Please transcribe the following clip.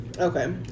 Okay